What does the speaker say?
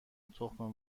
تخم